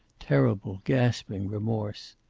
terrible, gasping remorse.